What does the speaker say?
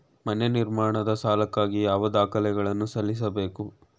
ಮನೆ ನಿರ್ಮಾಣದ ಸಾಲಕ್ಕಾಗಿ ಯಾವ ದಾಖಲೆಗಳನ್ನು ಸಲ್ಲಿಸಬೇಕು?